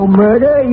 murder